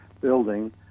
building